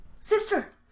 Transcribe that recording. Sister